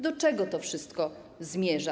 Do czego to wszystko zmierza?